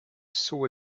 saw